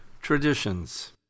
Traditions